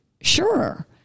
sure